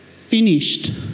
finished